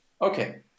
Okay